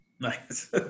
Nice